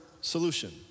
solution